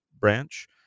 branch